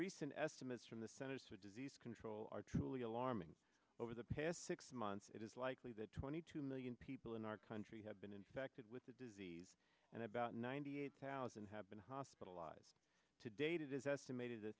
recent estimates from the centers for disease control are truly alarming over the past six months it is likely that twenty two million people in our country have been infected with the disease and about ninety eight thousand have been hospitalized to date it is estimated t